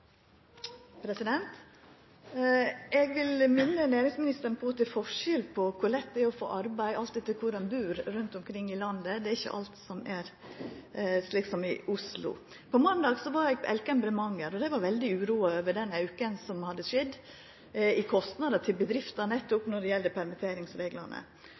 Eg vil minna næringsministaren på at det er forskjell på kor lett det er å få arbeid, alt etter kvar ein bur rundt omkring i landet. Det er ikkje alt som er slik som i Oslo. På måndag var eg på Elkem Bremanger. Dei var veldig uroa over den auken som hadde skjedd i kostnader til bedrifta,